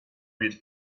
bir